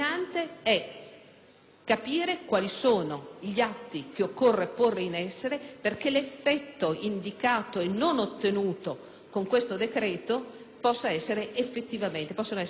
capire quali sono gli atti che occorre porre in essere perché l'effetto indicato e non ottenuto con questo decreto, il n. 155, possa essere effettivamente ottenuto